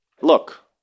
Look